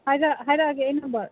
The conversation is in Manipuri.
ꯍꯥꯏꯔꯛꯑꯒꯦ ꯑꯩ ꯅꯝꯕꯔ